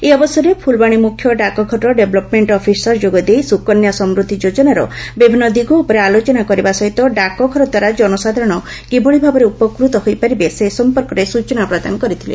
ଏହି ଅବସରରେ ଫୁଲବାଣୀ ମୁଖ୍ୟ ଡାକଘର ଡେଭ୍ଲପ୍ମେଷ୍ ଅଫିସର ଯୋଗଦେଇ ସୁକନ୍ୟା ସମୂଦ୍ଧି ଯୋଜନାର ବିଭିନ୍ନ ଦିଗ ଉପରେ ଆଳୋଚନା କରିବା ସହିତ ଡାକଘରଦ୍ୱାରା ଜନସାଧାରଣ କିଭଳି ଭାବରେ ଉପକୃତ ହୋଇପାରିବେ ସେ ସମ୍ପର୍କରେ ସ୍ଟଚନା ପ୍ରଦାନ କରିଥିଲେ